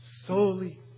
Solely